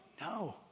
No